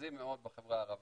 מרכזי מאוד בחברה הערבית.